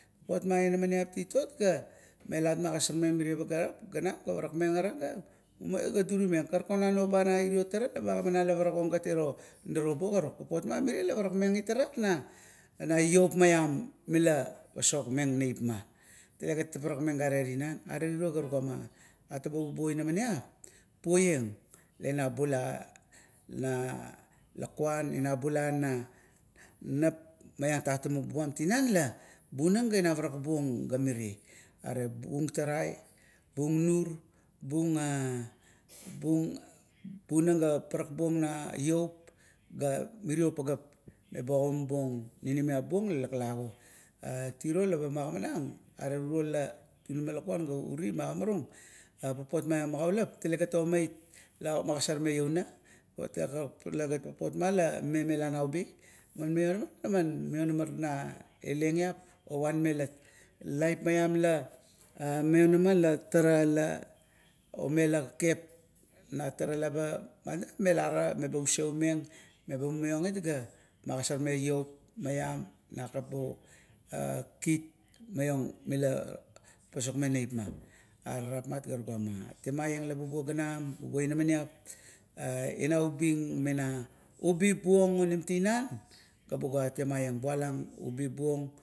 Papot ma inamaniap titot ga melat magosormeng merer pagaep ganam ga parakmeng lara bagarit ga durimeng. Karukan a noba nai iro tara laba agimanang la parakong iro nirobu. Karuk, papot ma mirie la parak meng it na laip maiam mila pasokmeng neipma. Talegat parakmeng gare tinan, are tiro ga tugama, bubuo inamaniap poiang menabula na lakuan na bula na nap maiang tatimup buam tanam la na bunang ga ina parakbuong ga mire. Are buong tarai, bung nur, bug a bung ga bunang ga parak buong na loup, ga mirio pageap eba ogimabuong ninimiap buong la laklago. E, tiro la ba magimanang are tiro la tunama lakua gau uri, magimarung papot ma magaulap la tale gan a mait la agosor meng louna osem ga papot ma la talegat mela naubi. Man maionamat la ma maionamat laileng gip ovanmeleat lapmaiam la maionama na tara la omela kekep, na tara la ba, me lara mela ga useu meng, beba mumaiongit ga magosormeng loup, maiam na kap bo kit maiong mila pasokmeng neipma. Are rapmat ga tuguma temaieng la bubo ganam bubo ianamaniap ina ubing mena ubi bong onim tinan, ga buga temaieng ina bulang ubi bong maun.